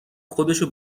خودشو